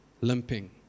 limping